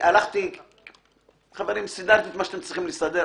קודם לא הבנתי את הגמגום שלכם כל